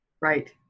Right